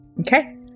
Okay